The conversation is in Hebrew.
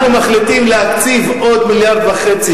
אנחנו מחליטים להקציב עוד מיליארד וחצי